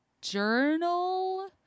journal